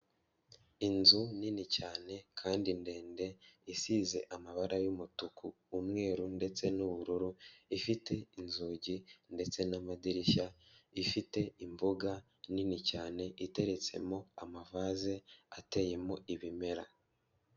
Inzu nini cyane kandi ndende isize amabara y'umutuku, umweru ndetse n'ubururu, ifite inzugi ndetse n'amadirishya, ifite imbuga nini cyane iteretsemo amavaze ateyemo ibimera.